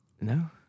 No